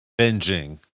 binging